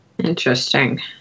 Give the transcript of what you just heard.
Interesting